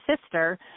sister